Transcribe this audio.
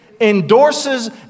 endorses